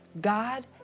God